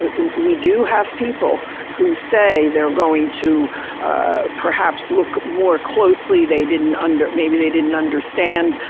ah we do have people who say they're going to perhaps look more closely, they didn't under maybe they didn't understand,